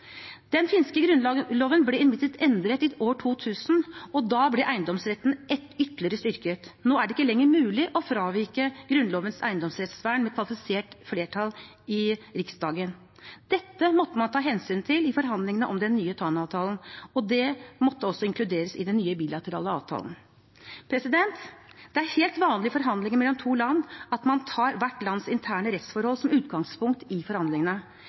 Den finske grunnloven ble imidlertid endret i år 2000. Da ble eiendomsretten ytterligere styrket. Nå er det ikke lenger mulig å fravike grunnlovens eiendomsrettsvern med kvalifisert flertall i riksdagen. Dette måtte man ta hensyn til i forhandlingene om den nye Tana-avtalen. Det måtte også inkluderes i den nye bilaterale avtalen. Det er helt vanlig i forhandlinger mellom to land at man tar hvert lands interne rettsforhold som utgangspunkt i forhandlingene.